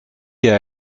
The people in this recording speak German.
ihr